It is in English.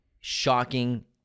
shocking